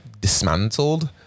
dismantled